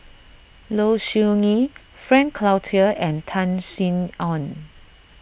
Low Siew Nghee Frank Cloutier and Tan Sin Aun